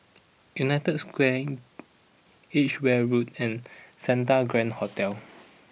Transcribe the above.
United Square Edgeware Road and Santa Grand Hotel